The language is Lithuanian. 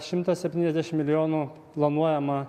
šimtą septyniasdešimt milijonų planuojama